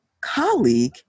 colleague